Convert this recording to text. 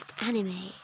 anime